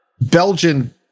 Belgian